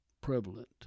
prevalent